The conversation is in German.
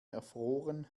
erfroren